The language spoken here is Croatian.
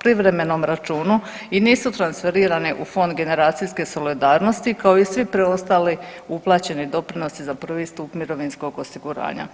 privremenom računu i nisu transferirane u Fond generacijske solidarnosti kao i svi preostali uplaćeni doprinosi za prvi stup mirovinskog osiguranja.